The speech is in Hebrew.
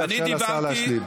לאפשר לשר להשלים.